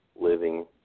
living